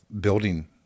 building